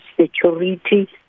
security